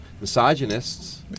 misogynists